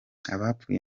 abapfuye